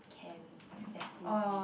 camp f_s_c